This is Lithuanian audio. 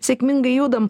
sėkmingai judam